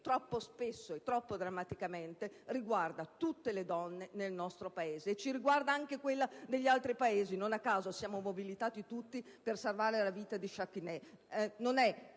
troppo spesso e troppo drammaticamente riguarda tutte le donne nel nostro Paese. Ci riguarda anche quella degli altri Paesi: non a caso, siamo tutti mobilitati per salvare la vita di Sakineh.